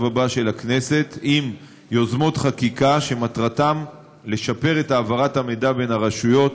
הבא של הכנסת עם יוזמות חקיקה שמטרתן לשפר את העברת המידע בין הרשויות